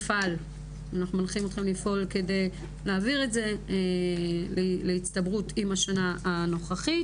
אנחנו מנחים את האוצר לפעול כדי להעביר את זה להצטברות עם השנה הנוכחית,